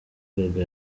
gaga